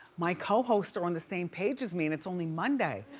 my co-hosts are on the same page as me, and it's only monday.